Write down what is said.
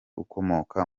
ukomoka